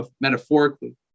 metaphorically